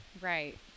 Right